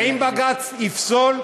ואם בג"ץ יפסול,